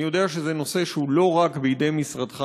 אני יודע שזה נושא שהוא לא רק בידי משרדך